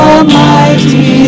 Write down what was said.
Almighty